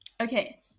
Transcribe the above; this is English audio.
Okay